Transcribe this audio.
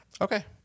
Okay